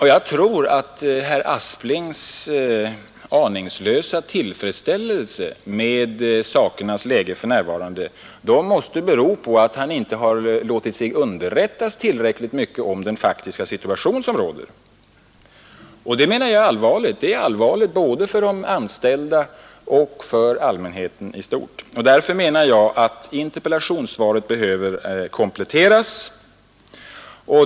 Herr Asplings aningslösa tillfredsställelse över sakernas nuvarande tillstånd måste bero på att han inte underrättat sig tillräckligt mycket om den faktiska situationen. Det är allvarligt både för de anställda och för allmänheten. Därför anser jag att svaret behöver kompletteras.